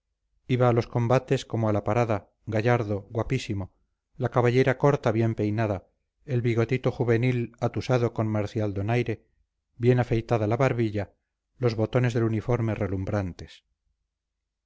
iba a los combates como a la parada gallardo guapísimo la cabellera corta bien peinada el bigotito juvenil atusado con marcial donaire bien afeitada la barbilla los botones del uniforme relumbrantes